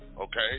okay